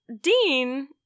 dean